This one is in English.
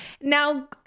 Now